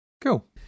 Cool